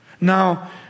Now